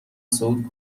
صعود